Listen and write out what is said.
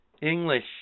English